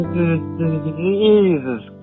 Jesus